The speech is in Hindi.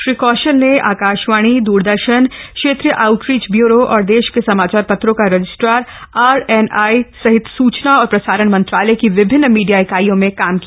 श्री कौशल ने आकाशवाणी द्ररदर्शन क्षेत्रीय आउटरीच ब्यूरो और देश के समाचार पत्रो का रजिस्ट्रार आर एन आई सहित सूचना और प्रसारण मंत्रालय की विभिन्न मीडिया इकाईयों में काम किया